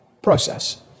process